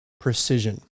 precision